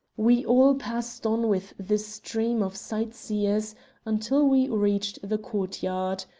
we all passed on with the stream of sightseers until we reached the courtyard.